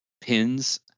pins